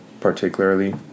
particularly